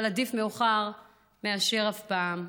אבל עדיף מאוחר מאשר אף פעם.